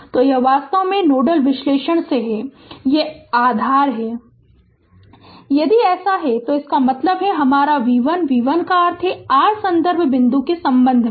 तो यह वास्तव में नोडल विश्लेषण से है यह आधार है यदि ऐसा है तो इसका मतलब है हमारा v 1 v 1 का अर्थ r संदर्भ बिंदु के संबंध में है